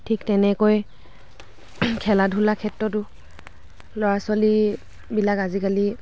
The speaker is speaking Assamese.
ঠিক তেনেকৈ খেলা ধূলাৰ ক্ষেত্ৰটো ল'ৰা ছোৱালীবিলাক আজিকালি